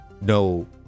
no